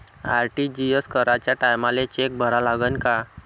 RTGS कराच्या टायमाले cheque भरा लागन का?